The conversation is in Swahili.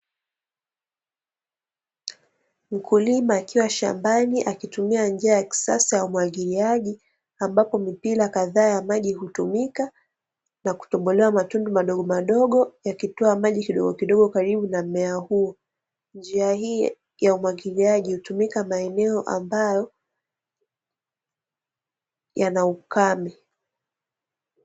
Mkulima akiwa shambani, akitumia njia ya kisasa ya umwagiliaji, ambapo mipira kadhaa ya maji hutumika na kutobolewa matundu madogomadogo, yakitoa maji kidogokidogo karibu na mmea huu. Njia hii ya umwagiliaji hutumika maeneo ambayo yana ukame.